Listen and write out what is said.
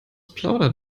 plaudert